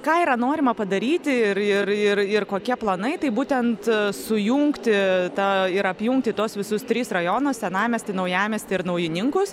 ką yra norima padaryti ir ir ir ir kokie planai taip būtent sujungti tą ir apjungti tuos visus tris rajono senamiestį naujamiestį ir naujininkus